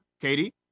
Katie